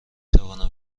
توانم